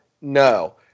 No